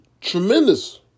tremendous